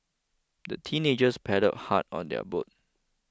the teenagers paddled hard on their boat